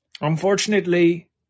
Unfortunately